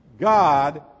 God